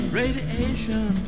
radiation